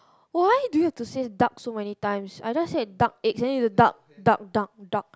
why do you have to say duck so many times I just said duck eggs and then you duck duck duck duck